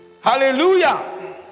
Hallelujah